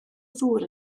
ddŵr